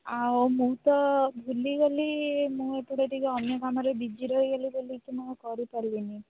ଆଉ ମୁଁ ତ ଭୁଲିଗଲି ମୁଁ ଏପଟେ ଟିକେ ଅନ୍ୟ କାମରେ ବିଜି ରହିଗଲି ବୋଲିକି ମୁଁ କରିପାରିଲିନି